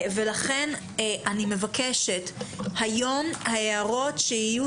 לכן אני מבקשת שהיום ההערות יהיו